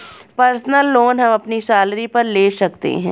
personal loan हम अपनी salary पर ले सकते है